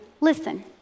listen